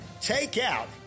take-out